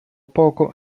poco